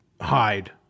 hide